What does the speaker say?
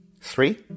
three